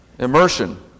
Immersion